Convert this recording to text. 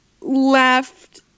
left